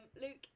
Luke